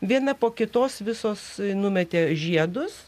viena po kitos visos numetė žiedus